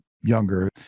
younger